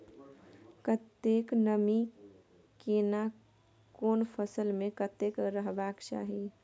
कतेक नमी केना कोन फसल मे कतेक रहबाक चाही?